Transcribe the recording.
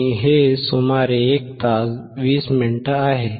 आणि हे सुमारे 1 तास 20 मिनिटे आहे